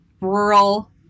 rural